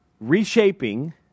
reshaping